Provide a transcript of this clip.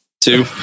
two